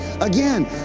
again